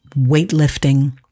weightlifting